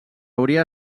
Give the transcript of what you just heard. hauria